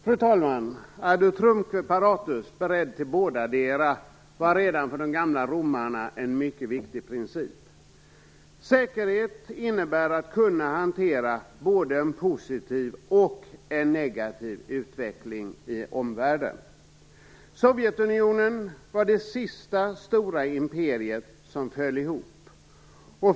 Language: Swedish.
Fru talman! Ad utrumque paratus - beredd till bådadera - var redan för de gamla romarna en mycket viktig princip. Säkerhet innebär att kunna hantera både en positiv och en negativ utveckling i omvärlden. Sovjetunionen var det sista stora imperiet som föll ihop.